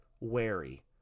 wary